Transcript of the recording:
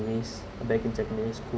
back in secondary school